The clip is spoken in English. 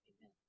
Amen